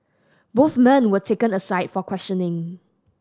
both men were taken aside for questioning